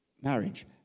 marriage